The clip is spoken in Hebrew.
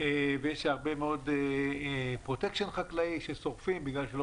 ויש הרבה מאוד פרוטקשן חקלאי ששורפים בגלל שלא